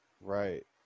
Right